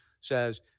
says